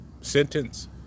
sentence